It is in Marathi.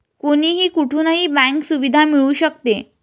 कोणीही कुठूनही बँक सुविधा मिळू शकते